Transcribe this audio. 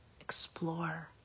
explore